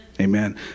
Amen